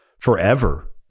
forever